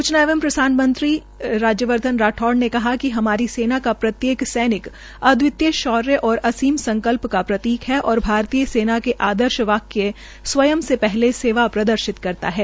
सूचना एवं प्रसारण मंत्री राज्यवर्धन राठौर ने कहा कि हमारी सेना का प्रत्येक सैनिक अद्वितीय शौर्य और असीम संकल्प का प्रतीक है और भारतीय सेना के आदर्श वाक्य स्वय से पहले सेवा प्रदर्शित करता है